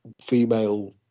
female